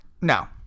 No